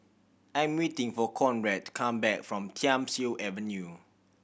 I'm waiting for Conrad to come back from Thiam Siew Avenue